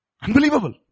unbelievable